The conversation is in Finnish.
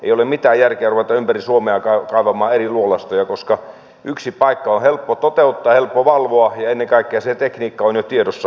ei ole mitään järkeä ruveta ympäri suomea kaivamaan eri luolastoja koska yksi paikka on helppo toteuttaa ja helppo valvoa ja ennen kaikkea se tekniikka on jo tiedossa